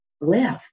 live